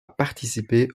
participer